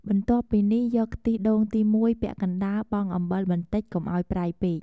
បន្ទាប់ពីនេះយកខ្ទិះដូងទី១ ពាក់កណ្ដាលបង់អំបិលបន្តិច កុំឲ្យប្រៃពេក។